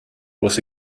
was